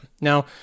Now